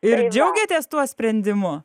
ir džiaugiatės tuo sprendimu